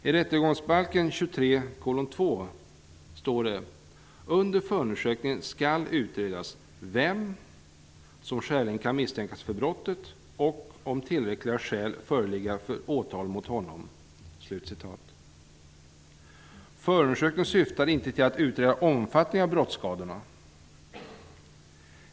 I 23 kap. 2 § rättegångsbalken står det: ''Under förundersökningen skall utredas, vem som skäligen kan misstänkas för brottet och om tillräckliga skäl föreligga för åtal mot honom -- Förundersökningen syftar inte till att utreda omfattningen av brottsskadorna.